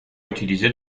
utilisés